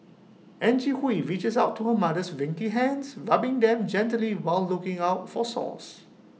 Angie Hui reaches out to her mother's wrinkly hands rubbing them gently while looking out for sores